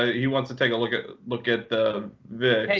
ah he wants to take a look ah look at the vix.